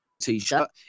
t-shirt